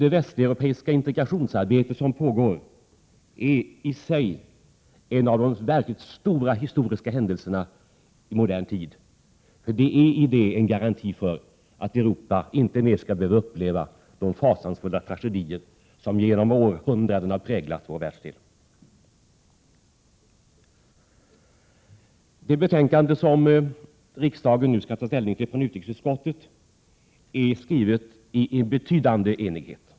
Det västeuropeiska integrationsarbete som pågår är i sig en av de verkligt stora historiska händelserna i modern tid. I det samarbetet finns nämligen en garanti för att Europa inte mer skall behöva uppleva de fasansfulla tragedier som genom århundraden har präglat vår världsdel. Det betänkande från utrikesutskottet som riksdagen nu skall ta ställning till är skrivet i en betydande enighet.